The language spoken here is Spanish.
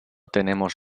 tenemos